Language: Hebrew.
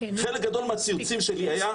חלק גדול מהציוצים שלי היה.